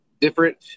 different